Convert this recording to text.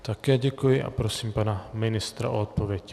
Také děkuji a prosím pana ministra o odpověď.